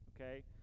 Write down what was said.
okay